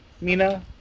Mina